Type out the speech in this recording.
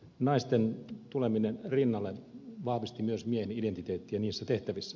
naisten tuleminen rinnalle vahvisti myös miehen identiteettiä niissä tehtävissä